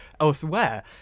elsewhere